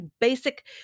basic